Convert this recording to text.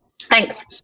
Thanks